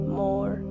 more